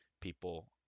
people